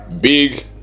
big